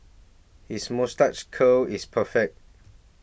his moustache curl is perfect